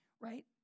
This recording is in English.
Right